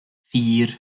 vier